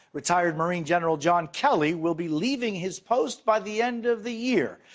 retired marine general john kelly will be leaving his post by the end of the year.